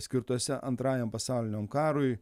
skirtose antrajam pasauliniam karui